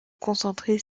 concentrer